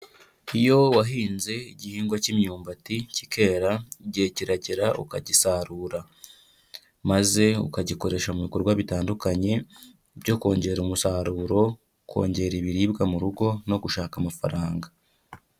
Iyo wahinze igihingwa k'imyumbati kikera igihe kiragera ukagisarura, maze ukagikoresha mu bikorwa bitandukanye byo kongera umusaruro kongera ibiribwa mu rugo no gushaka amafaranga.